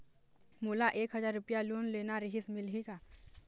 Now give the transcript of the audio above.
मोला एक हजार रुपया लोन लेना रीहिस, मिलही का?